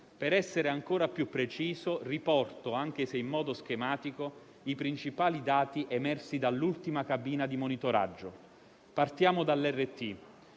Per essere ancora più preciso, riporto, anche se in modo schematico, i principali dati emersi dall'ultima cabina di monitoraggio. Partiamo dall'RT: